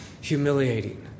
humiliating